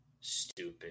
stupid